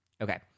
Okay